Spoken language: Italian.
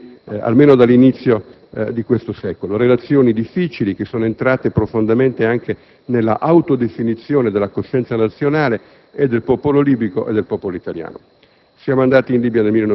direi almeno dall'inizio di questo secolo: relazioni difficili che sono entrate profondamente anche nell'autodefinizione della coscienza nazionale, sia del popolo libico sia del popolo italiano.